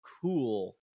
cool